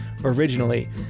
originally